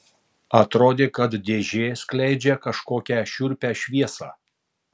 atrodė kad dėžė skleidžia kažkokią šiurpią šviesą